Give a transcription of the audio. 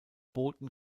boten